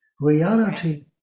reality